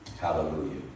Hallelujah